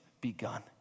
begun